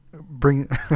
bring